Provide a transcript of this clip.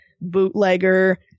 bootlegger